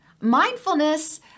Mindfulness